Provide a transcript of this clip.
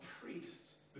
priests